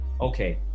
Okay